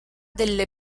delle